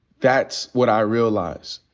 that's what i realize.